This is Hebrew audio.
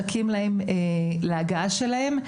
מחכים להגעה שלהם.